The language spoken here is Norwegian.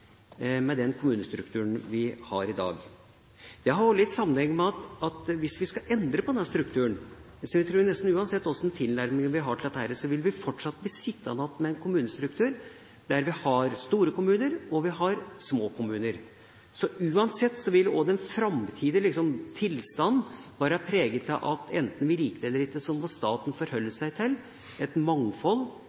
hvis vi skal endre på denne strukturen, vil vi, uansett hvilken tilnærming vi har til dette, fortsatt bli sittende igjen med en kommunestruktur med store kommuner og små kommuner. Uansett vil den framtidige tilstanden være preget av at enten vi liker det eller ikke, må staten forholde seg til et mangfold,